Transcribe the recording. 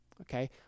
okay